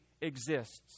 exists